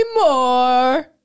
More